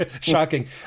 shocking